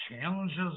challenges